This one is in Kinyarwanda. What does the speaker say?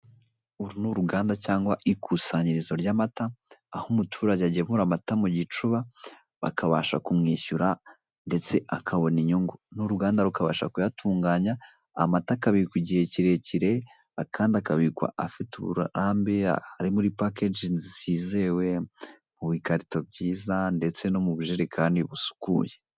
Uru ni uruganda cyangwa ikusanyirizo ry'amata aho umuturage agemura amata mu gicuba, bakabasha kumwishyura ndetse akabona inyungu n'uruganda rukabasha kuyatunganya amata akabikwa igihe kirekire kandi akabikwa afite uburambe, ari muri pakeji zizewe mu bikarito byiza ndetse no mu bujerekani busukuye.